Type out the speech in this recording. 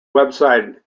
website